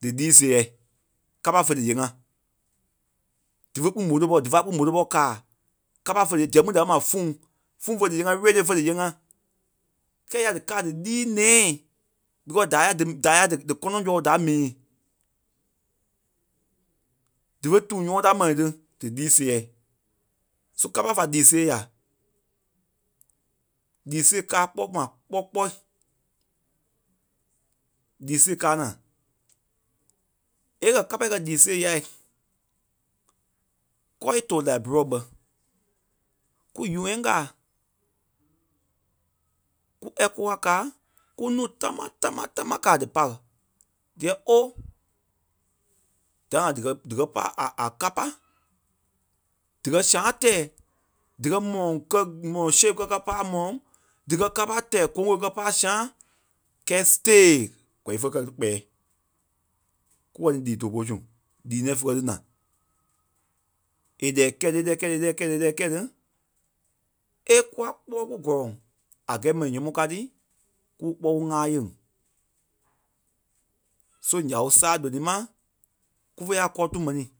dílii sêɛɛ kâpa fé díyee ŋá. Dí fé kpîŋ môtobɔ, dífa kpîŋ môtobɔ kàa. Kâpa fé dí, zɛŋ kpîŋ díkɛ ma fûŋ, fûŋ fé díyee ŋá lódêi fé díyee ŋá kɛ́ɛ yâ díkaa dílii nɛ̃ɛi ɓikɔ da ya dí- da- ya dí- díkɔnɔŋ sɔlɔ ɓó da mii. Dífe duŋ nyɔ́ŋɔɔ da mɛni ní dílii sêɛɛi, só kâpa fa lii sêe yà. Lii sêe ká kpɔ́ ma kpɔ́ kpɔɔi. Lii sêe káa na èei kɛ̀ kâpa è kɛ̀ lii sêe yái Kɔ́ fêi tòo Liberia bɛ́ Kú UN kàa, kú ECOWAS káa kú núu táma táma támaa kàa dí pà ɓɛ.́ Diɛ Óo! Da ni ŋa díkɛ- díkɛ pâ a- a- a kâpa díkɛ sãa tɛɛ díkɛ mɔlɔŋ- kɛ́- mɔlɔŋ- síei kɛ́- ká pâ a mɔlɔŋ díkɛ kâpa tɛɛ koôŋ keleŋ kɛ́ pâ a sãa kɛ́ɛ têe gɔ̂i fé kɛ́ ní kpɛɛi. Kú kɛ̀ niî lii too pôlu su lii nɛ̃ɛ fé kɛ́ ní na. È lɛ̀ɛ kɛ̂i tí, é lɛ́ɛ kɛ̂i tí, é lɛ́ɛ kɛ̂i tí, é kwa kpɔ́ɔi kú gɔ̀lɔŋ a gɛ́ɛ mɛni nyɔ́mɔɔ ká tî, kúu kpɔ́ɔi kú ŋa yèŋ. Só ǹya ɓé sâa loníi ma kú kɔ́ tuŋ mɛnii.